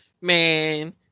Man